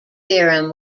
theorem